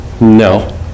no